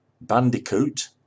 bandicoot